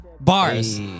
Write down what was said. Bars